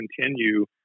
continue